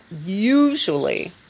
usually